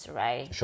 right